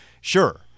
sure